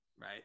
right